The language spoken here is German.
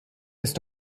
ist